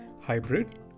hybrid